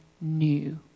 new